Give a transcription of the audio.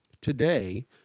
Today